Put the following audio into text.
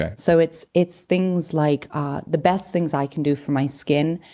yeah so it's it's things like, ah the best things i can do for my skin.